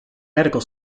medical